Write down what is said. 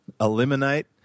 eliminate